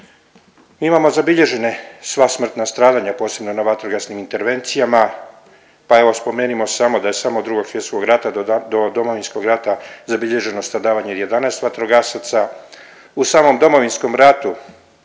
Imamo zabilježene sva smrtna stradanja posebno na vatrogasnim intervencijama pa evo spomenimo samo da je samo od II Svjetskog rata do Domovinskog rata zabilježeno stradavanje 11 vatrogasaca, u samom Domovinskom ratu